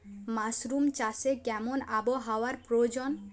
Mushroom চাষে কেমন আবহাওয়ার প্রয়োজন?